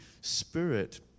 Spirit